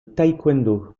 taekwondo